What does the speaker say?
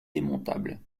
démontable